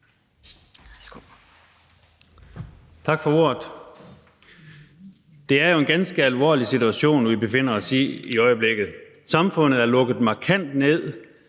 Tak for ordet. Det er jo en ganske alvorlig situation, vi befinder os i i øjeblikket. Samfundet er lukket markant ned,